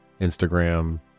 Instagram